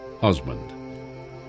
husband